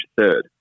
third